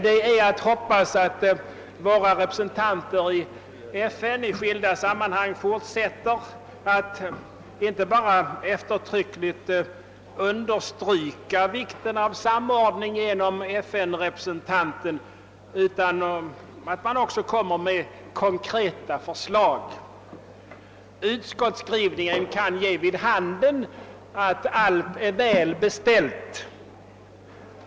Det är att hoppas att våra delegater i FN i skilda sammanhang fortsätter att inte endast eftertryckligt understryka vikten av samordning genom UNDP representanterna utan också framlägger konkreta förslag. Utskottets skrivning kan ge vid handen att allt är väl beställt.